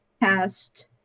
past